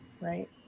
Right